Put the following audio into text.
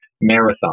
marathon